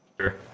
Sure